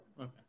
okay